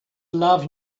love